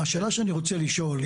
השאלה שאני רוצה לשאול,